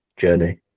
Journey